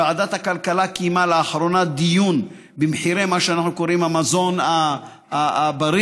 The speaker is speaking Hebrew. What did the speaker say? ועדת הכלכלה קיימה לאחרונה דיון במחירי המזון הבריא,